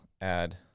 add